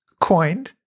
coined